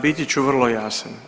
Biti ću vrlo jasan.